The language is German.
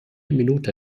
minute